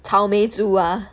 草莓族 ah